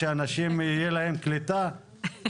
שאנשים יהיה להם קליטה?